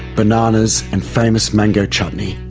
bananas, and famous mango chutney.